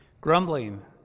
Grumbling